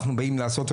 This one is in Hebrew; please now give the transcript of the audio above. אנחנו באים לעשות,